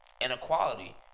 inequality